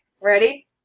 Ready